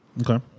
Okay